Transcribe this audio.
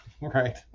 Right